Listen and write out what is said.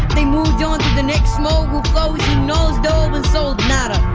they moved on to the next schmoe who flows. he nose-dove and sold nada.